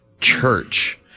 church